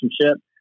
relationship